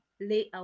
layout